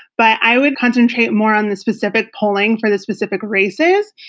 but i would concentrate more on the specific polling for the specific races.